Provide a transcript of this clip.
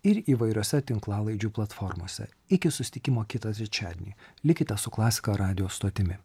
ir įvairiose tinklalaidžių platformose iki susitikimo kitą trečiadienį likite su klasika radijo stotimi